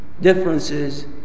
Differences